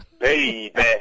baby